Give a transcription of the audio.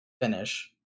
finish